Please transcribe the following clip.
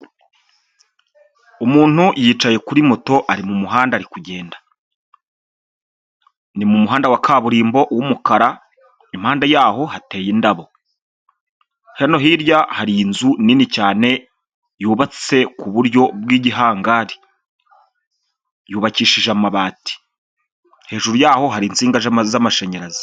Umuntu yicaye kuri moto ari mu muhanda ari kugenda, ni mu muhanda wa kaburimbo w'umukara, impande yaho hateye indabo, hano hirya hari inzu nini yubatse ku buryo bw'igihangari yubakishije amabati, hejuru yaho hari insinga z'amashanyarazi.